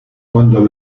cuando